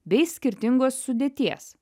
bei skirtingos sudėties